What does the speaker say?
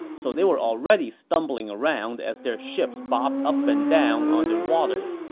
so they were already stumbling around as their ships bobbed up and down on the water.